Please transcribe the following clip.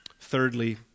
Thirdly